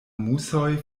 musoj